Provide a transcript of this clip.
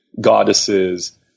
goddesses